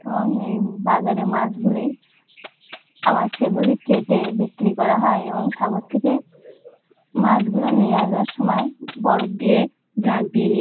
এবং এই বাজারে মাছগুলি আবার সেগুলি কেটে বিক্রি করা হয় এবং সাগর থেকে মাছগুলো নিয়ে আসবার সময় বরফ দিয়ে জাঁক দিয়ে নিয়ে